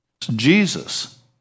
Jesus